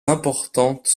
importantes